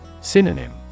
Synonym